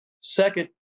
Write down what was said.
second